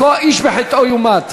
איש בחטאו יומת.